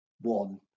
one